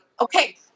Okay